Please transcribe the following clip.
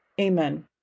Amen